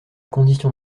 condition